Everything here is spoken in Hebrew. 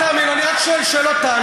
אני רק שואל שאלות.